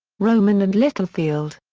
rowman and littlefield.